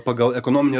pagal ekonominį